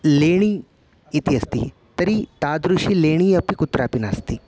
लेणी इति अस्ति तर्हि तादृशी लेणी अपि कुत्रापि नास्ति